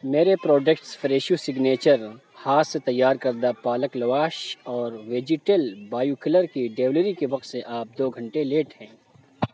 میرے پروڈکٹس فریشو سگنیچر ہاتھ سے تیار کردہ پالک لواش اور ویجیٹل بایو کلر کی ڈیلیوری کے وقت سے آپ دو گھنٹے لیٹ ہیں